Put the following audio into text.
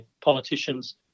politicians